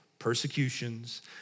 persecutions